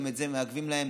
גם את זה הם מעכבים להם.